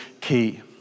key